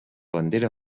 bandera